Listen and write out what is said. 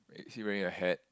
wait is he wearing a hat